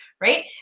Right